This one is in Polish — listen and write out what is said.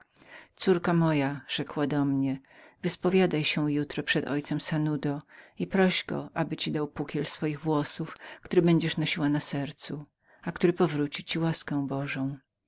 córko moja rzekła do mnie wyspowiadaj się jutro przed ojcem sanudo i proś go aby ci dał pukiel swoich włosów który będziesz nosiła na sercu a który natychmiast powróci ci łaskę bożą